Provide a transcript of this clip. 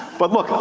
but look, ah